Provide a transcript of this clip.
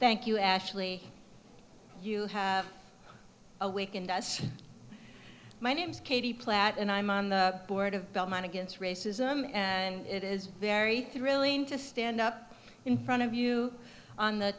thank you ashley you have awakened us my name's katie platt and i'm on the board of belmont against racism and it is very thrilling to stand up in front of you on the